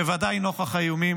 בוודאי נוכח האיומים